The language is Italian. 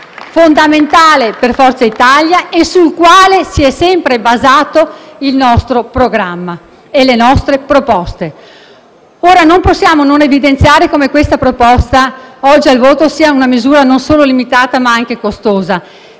fondamentale per Forza Italia e su di esso si sono sempre basati il nostro programma e le nostre proposte. Non possiamo non evidenziare come la proposta oggi in esame sia una misura non solo limitata, ma anche costosa.